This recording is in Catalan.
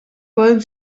poden